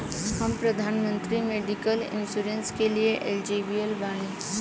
हम प्रधानमंत्री medical insurance के लिए एलिजिबल बानी?